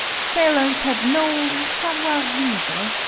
sailors have no savoir vivre.